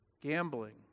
gambling